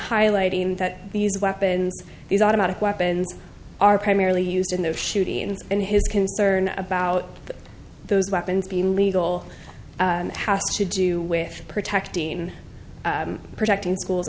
highlighting that these weapons these automatic weapons are primarily used in their shooting and his concern about those weapons being legal and has to do with protecting protecting schools